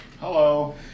Hello